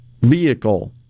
vehicle